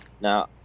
Now